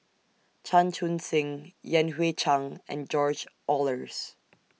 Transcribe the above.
Chan Chun Sing Yan Hui Chang and George Oehlers